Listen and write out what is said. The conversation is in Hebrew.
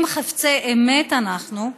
אם חפצי אמת אנחנו,